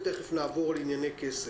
ותכף נעבור לענייני כסף.